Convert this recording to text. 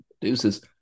Deuces